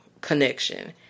connection